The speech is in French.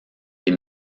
des